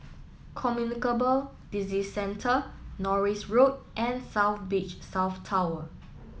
Communicable Disease Centre Norris Road and South Beach South Tower